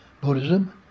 Buddhism